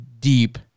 deep